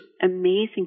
amazing